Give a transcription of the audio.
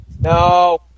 No